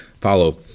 follow